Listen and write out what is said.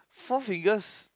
Four Fingers